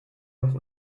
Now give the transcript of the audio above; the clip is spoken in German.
doch